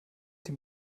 dem